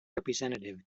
representative